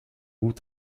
goût